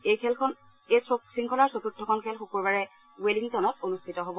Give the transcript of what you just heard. এই শংখলাৰ চতুৰ্থখন খেল শুকুৰবাৰে ৱেলিংটনত অনুষ্ঠিত হ'ব